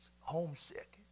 homesick